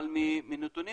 אבל מנתונים